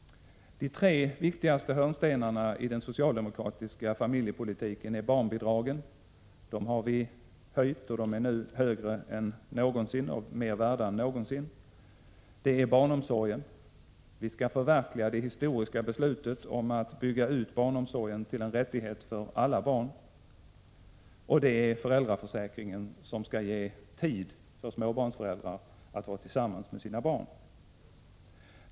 Det finns tre viktiga hörnstenar i den socialdemokratiska familjepolitiken. Den första är barnbidragen, som vi har höjt och som nu är högre och mer värda än någonsin. Den andra är barnomsorgen. Vi skall förverkliga det historiska beslutet om att bygga ut barnomsorgen så att den blir en rättighet för alla barn. Den tredje hörnstenen är föräldraförsäkringen, som skall ge tid för småbarnsföräldrar att vara tillsammans med sina barn.